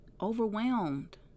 overwhelmed